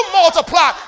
multiply